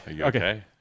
Okay